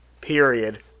period